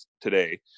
today